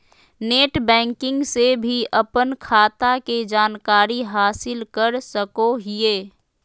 net banking से भी अपन खाता के जानकारी हासिल कर सकोहिये